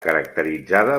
caracteritzada